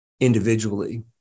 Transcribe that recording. individually